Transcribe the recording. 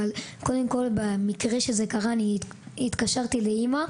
כשזה קרה, התקשרתי לאימא,